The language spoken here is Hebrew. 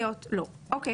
לא צריך.